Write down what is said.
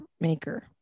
maker